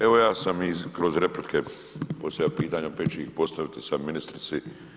Evo ja sam i kroz replike postavljao pitanja, opet ću ih postaviti i sad ministrici.